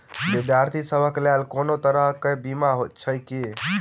विद्यार्थी सभक लेल कोनो तरह कऽ बीमा छई की?